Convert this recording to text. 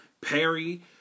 Perry